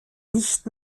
nicht